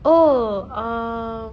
oh ah